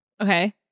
Okay